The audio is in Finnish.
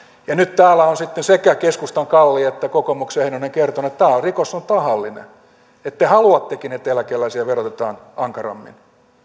ja nyt täällä on sitten sekä keskustan kalli että kokoomuksen heinonen kertonut että tämä rikos on tahallinen että te haluattekin että eläkeläisiä verotetaan ankarammin